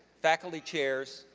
faculty chairs,